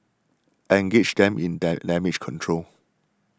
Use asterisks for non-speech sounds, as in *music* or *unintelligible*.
engage them in *unintelligible* damage control